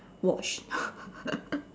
watch